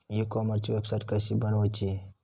E कॉमर्सची website कशी बनवची?